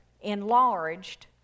enlarged